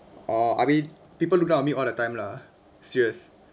orh I mean people look down on me all the time lah serious